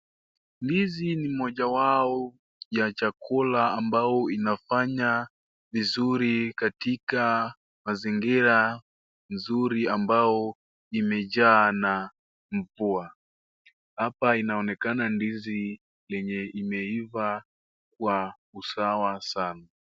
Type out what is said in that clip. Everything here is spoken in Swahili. Ndizi ni moja wao ya chakula ambao inafaya vizuri katika mazingira mzuri ambao imejaa na mvua. Apa inaonekana ndizi lenye imeiva kwa usawa sana.